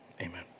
Amen